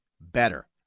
better